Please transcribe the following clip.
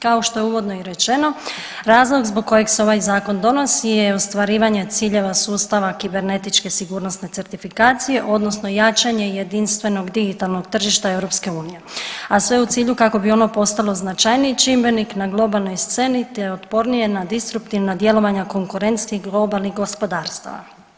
Kao što je i uvodno rečeno, razlog zbog kojeg se ovaj Zakon donosi je i ostvarivanje ciljeva sustava kibernetičke sigurnosne certifikacije odnosno jačanje jedinstvenog digitalnog tržišta EU, a sve u cilju kako bi ono postalo značajniji čimbenik na globalnoj sceni te otpornije na disruptivna djelovanja konkurentnih globalnih gospodarstva.